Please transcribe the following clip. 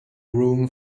room